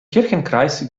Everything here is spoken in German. kirchenkreis